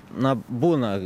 na būna